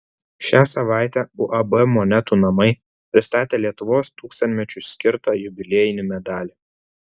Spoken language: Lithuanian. šią savaitę uab monetų namai pristatė lietuvos tūkstantmečiui skirtą jubiliejinį medalį